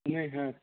नहि होयत